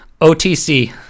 otc